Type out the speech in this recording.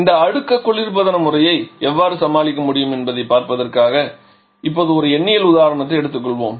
இந்த அடுக்கு குளிர்பதன முறையை எவ்வாறு சமாளிக்க முடியும் என்பதைப் பார்ப்பதற்காக இப்போது ஒரு எண்ணியல் உதாரணத்தை எடுத்துக்கொள்வோம்